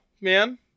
man